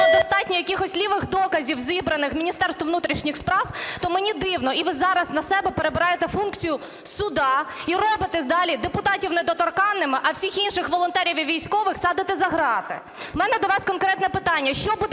достатньо якихось лівих доказів, зібраних Міністерством внутрішніх справ, – то мені дивно. І ви зараз на себе перебираєте функцію суду і робите далі депутатів недоторканними, а всіх інших волонтерів і військових садите за ґрати. У мене до вас конкретне питання.